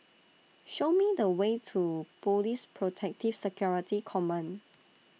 Show Me The Way to Police Protective Security Command